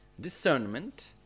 Discernment